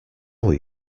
were